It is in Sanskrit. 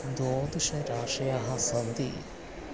द्वादशराशयाः सन्ति